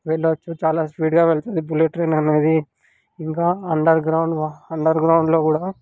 వెళ్లొచ్చు చాలా స్పీడ్గా వెళుతుంది బులెట్ ట్రైన్ అనేది ఇంకా అండర్గ్రౌండ్ అండర్గ్రౌండ్లో కూడా